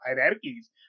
hierarchies